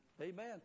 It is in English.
amen